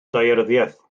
daearyddiaeth